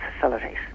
facilities